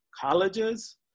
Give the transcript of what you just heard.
colleges